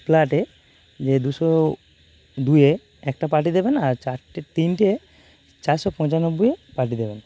ফ্ল্যাটে যে দুশো দুইয়ে একটা পাঠিয়ে দেবেন আর চারটে তিনটে চারশো পঁচানব্বইয়ে পাঠিয়ে দেবেন